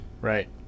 Right